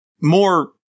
more